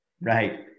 Right